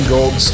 Gold